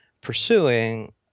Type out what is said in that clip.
pursuing